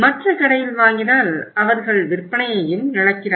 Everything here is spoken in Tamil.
மற்ற கடையில் வாங்கினால் அவர்கள் விற்பனையையும் இழக்கிறார்கள்